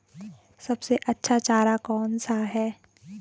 सबसे अच्छा चारा कौन सा है?